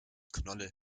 knolle